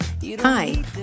Hi